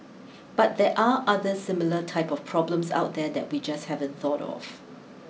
but there are other similar type of problems out there that we just haven't thought of